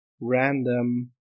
random